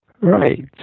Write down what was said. Right